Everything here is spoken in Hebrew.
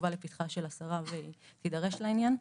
יובא לפתחה של השרה והיא תידרש לעניין.